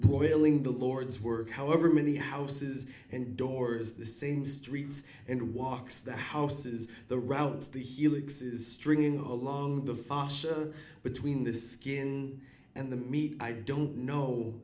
boiling the lord's work however many houses and doors the same streets and walks that houses the routes the helixes stringing along the fascia between the skin and the meat i don't know